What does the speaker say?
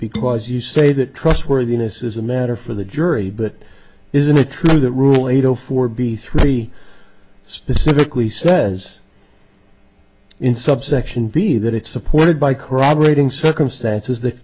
because you say that trustworthiness is a matter for the jury but isn't it true that rule eight zero four b three specifically says in subsection v that it's supported by corroborating circumstances th